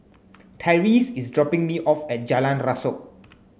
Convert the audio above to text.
Tyrese is dropping me off at Jalan Rasok